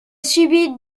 subit